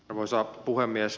arvoisa puhemies